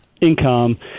income